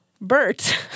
Bert